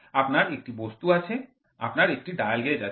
আপনার একটি বস্তু আছে আপনার একটি ডায়াল গেজ আছে